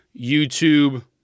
YouTube